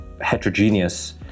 heterogeneous